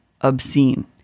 obscene